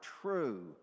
true